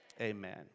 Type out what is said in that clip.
Amen